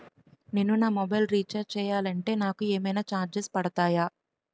నేను నా mobile recharge చేయాలంటే నాకు ఏమైనా చార్జెస్ పడతాయా?